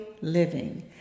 living